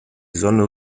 sonne